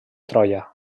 troia